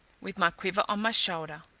with my quiver on my shoulder.